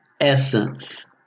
essence